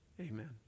Amen